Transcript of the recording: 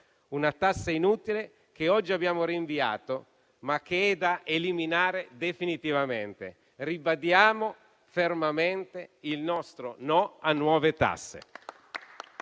una tassa inutile, che oggi abbiamo rinviato, ma che è da eliminare definitivamente. Ribadiamo fermamente il nostro "no" a nuove tasse.